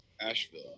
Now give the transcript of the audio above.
Asheville